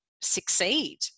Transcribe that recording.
succeed